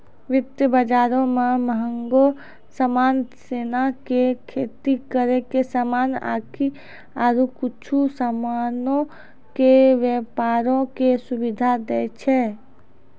वित्त बजारो मे मंहगो समान जेना कि खेती करै के समान आकि आरु कुछु समानो के व्यपारो के सुविधा दै छै